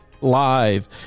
live